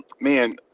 man